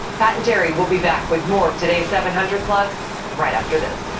pat and terry will be back with more of today's seven hundred club right after this.